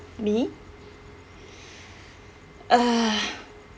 me uh